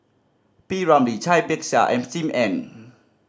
P Ramlee Cai Bixia and Sim Ann